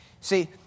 See